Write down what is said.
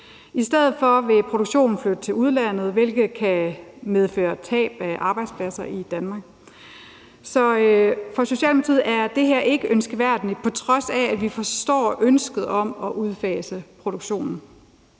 I stedet for vil produktionen flytte til udlandet, hvilket kan medføre tab af arbejdspladser i Danmark. Så for Socialdemokratiet er det her ikke ønskværdigt, på trods af at vi forstår ønsket om at udfase produktionen.